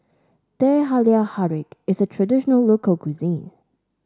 Teh Halia Tarik is a traditional local cuisine